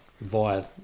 via